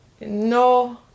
No